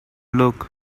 look